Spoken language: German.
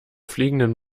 fliegenden